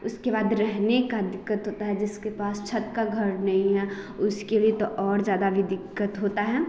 उसके बाद रहने का दिक्कत होता है जिसके पास छत का घर नहीं है उसके तो और भी ज़्यादा दिक्कत होता है